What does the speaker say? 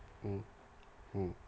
mm mm